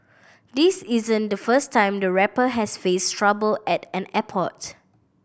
this isn't the first time the rapper has faced trouble at an airport